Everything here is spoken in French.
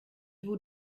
vous